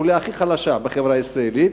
החוליה הכי חלשה בחברה הישראלית,